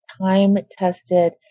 time-tested